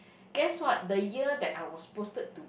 guess what the year that I was posted to